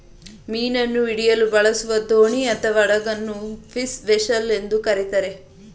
ಮೀನನ್ನು ಹಿಡಿಯಲು ಬಳಸುವ ದೋಣಿ ಅಥವಾ ಹಡಗುಗಳನ್ನು ಫಿಶ್ ವೆಸೆಲ್ಸ್ ಎಂದು ಕರಿತಾರೆ